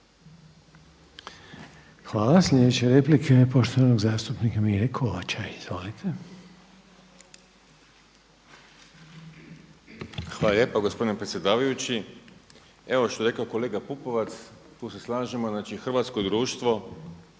Hvala. Sljedeća replika je poštovanog zastupnika Mire Kovača. Izvolite. **Kovač, Miro (HDZ)** Hvala lijepa gospodine predsjedavajući. Evo što je rekao kolega Pupovac, tu se slažemo, znači hrvatsko društvo